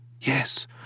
yes